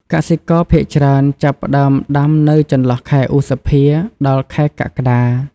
កសិករភាគច្រើនចាប់ផ្ដើមដាំនៅចន្លោះខែ ឧសភា ដល់ ខែកក្កដា។